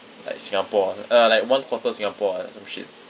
like singapore ah uh like one quarter of singapore or like some shit